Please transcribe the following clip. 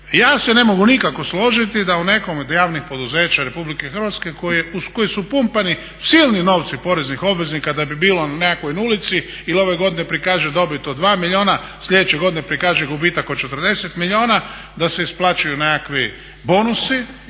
ja se ne mogu nikako složiti da u nekom od javnih poduzeća RH uz koje su pumpani silni novici poreznih obveznika da bi bilo na nekakvoj 0 ili ove godine prikaže dobit od 2 milijuna, slijedeće godine prikaže gubitak od 40 milijuna da se isplaćuju nekakvim bonusi